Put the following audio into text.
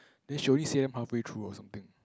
then should we say them halfway through or something